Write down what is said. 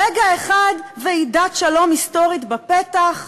רגע אחד ועידת שלום היסטורית בפתח,